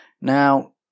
now